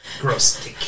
Gross